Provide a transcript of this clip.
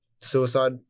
suicide